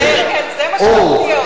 זה מה שמפתיע אותנו.